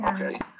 okay